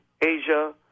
Asia